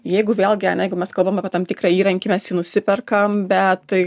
jeigu vėlgi ane jeigu mes kalbam apie tam tikrą įrankį mes jį nusiperkam bet